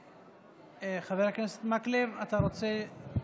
חבר הכנסת מקלב, אתה רוצה?